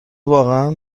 واقعا